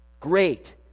Great